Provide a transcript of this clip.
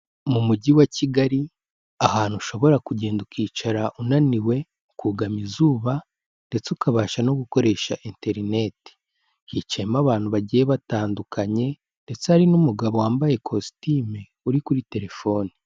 Mu mujyi wa Kigali, ahantu ushobora kugenda ukicara unaniwe, ukugama izuba ndetse ukabasha no gukoresha interineti, hicayemo abantu bagiye batandukanye ndetse hari n'umugabo wambaye kositime uri kuri telefoni.